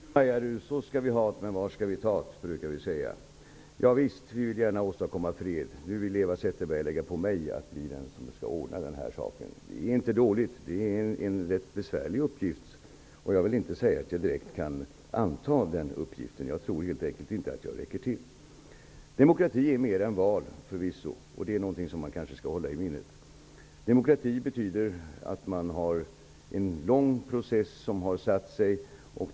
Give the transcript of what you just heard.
Herr talman! ''Erk du! Maja du! Så ska vi ha't. Men var ska vi ta't?'' brukar vi säga. Vi vill gärna åstadkomma fred. Nu vill Eva Zetterberg lägga på mig att bli den som skall ordna det. Det är inte dåligt. Det är en rätt besvärlig uppgift. Jag kan nog inte anta den uppgiften. Jag tror helt enkelt inte att jag räcker till. Demokrati är förvisso mer än val. Det är något som vi kanske skall hålla i minnet. Demokrati betyder att man har en lång process som har satt sig.